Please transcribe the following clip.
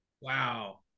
Wow